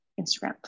Instagram